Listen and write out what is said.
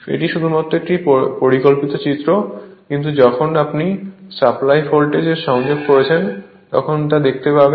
এটি শুধুমাত্র একটি পরিকল্পিত চিত্র কিন্তু যখন আপনি সাপ্লাই ভোল্টেজ সংযোগ করছেন তখন তা দেখতে পাবেন